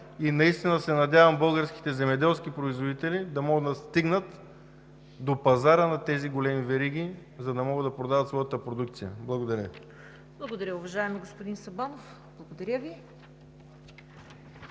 и наистина се надявам българските земеделски производители да могат да стигнат до пазара на тези големи вериги, за да могат да продават своята продукция. Благодаря. ПРЕДСЕДАТЕЛ ЦВЕТА КАРАЯНЧЕВА: Благодаря,